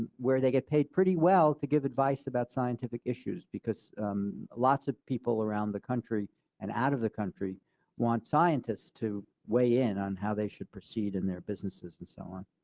where they get paid pretty well to give advice about scientific issues because lots of people in the country and out of the country want scientists to weigh in on how they should proceed in their businesses and so on.